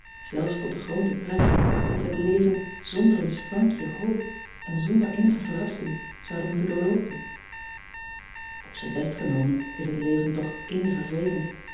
zelfs tot den grooten prijs dat zij het leven zonder een sprankje hoop en zonder eenige verrassing zouden moeten doorloopen p zijn best genomen is het leven toch in vervelend